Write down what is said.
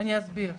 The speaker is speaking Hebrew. אני אסביר,